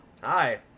Hi